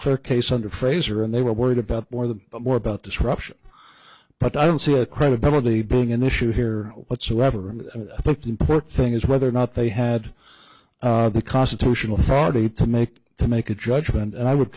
clear case under fraser and they were worried about more the more about disruption but i don't see a credibility being an issue here whatsoever and i think the important thing is whether or not they had the constitutional authority to make to make a judgment and i would